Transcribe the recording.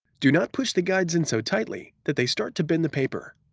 do not push the guides in so tightly that they start to bend the paper.